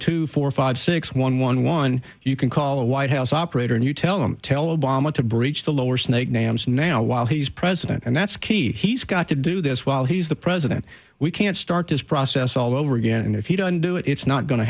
two four five six one one one you can call the white house operator and you tell them tell obama to breach the lower snake names now while he's president and that's key he's got to do this while he's the president we can start this process all over again and if he doesn't do it it's not go